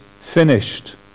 finished